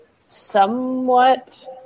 somewhat